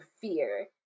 fear